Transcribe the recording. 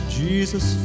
jesus